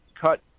cut